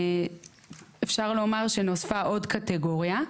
אפשר לומר שנוספה עוד קטגוריה,